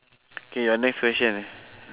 K your next question eh